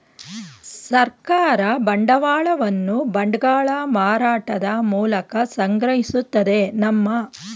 ಸರ್ಕಾರ ಬಂಡವಾಳವನ್ನು ಬಾಂಡ್ಗಳ ಮಾರಾಟದ ಮೂಲಕ ಸಂಗ್ರಹಿಸುತ್ತದೆ ನಮ್ಮ